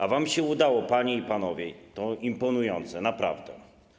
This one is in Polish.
A wam się udało, panie i panowie, to imponujące, naprawdę.